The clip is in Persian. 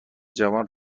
جوان